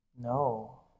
No